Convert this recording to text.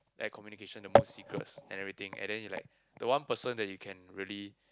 have communication the most secrets and everything and then he like the one person that you can really